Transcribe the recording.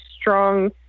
strong